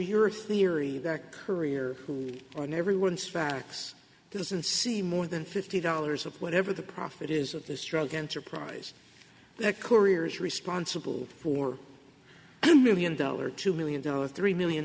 your theory that courier who's on everyone's facts doesn't see more than fifty dollars of whatever the profit is of this drug enterprise that career is responsible for a million dollar two million dollars three million